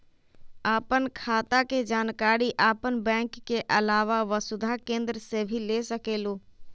आपन खाता के जानकारी आपन बैंक के आलावा वसुधा केन्द्र से भी ले सकेलु?